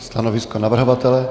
Stanovisko navrhovatele?